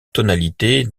tonalité